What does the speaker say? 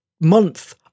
month